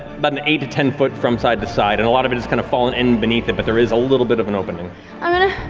but an eight to ten foot from side to side and a lot of it is kind of fallen in beneath it, but there is a little bit of an opening. laura i'm going to,